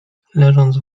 leżąc